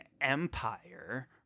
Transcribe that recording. empire